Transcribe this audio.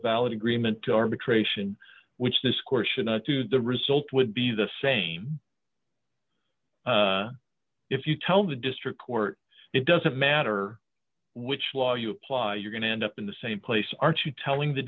ballot agreement to arbitration which this court should not do the result would be the same if you tell the district court it doesn't matter which law you apply you're going to end up in the same place aren't you telling the